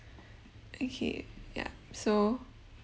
okay yeah so